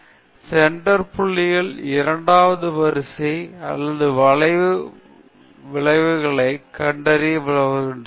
எனவே சென்டர் புள்ளிகள் இரண்டாவது வரிசை அல்லது வளைவு விளைவுகளை கண்டறிய உதவுகின்றன